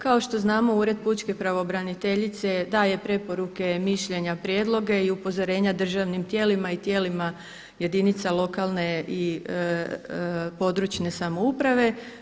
Kao što znamo Ured pučke pravobraniteljice daje preporuke, mišljenja, prijedloge i upozorenja državnim tijelima i tijelima jedinice lokalne (regionalne) i područne samouprave.